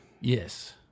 Yes